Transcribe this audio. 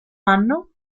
anno